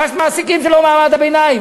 מס מעסיקים זה לא מעמד הביניים.